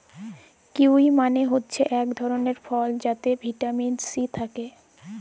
kiwi মালে হছে ইক ধরলের ফল যাতে ভিটামিল সি থ্যাকে